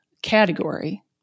category